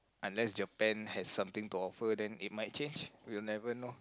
unless Japan has something to offer then it might change you never know